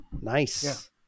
nice